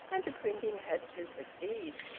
and the printing had to proceed.